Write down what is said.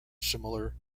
similar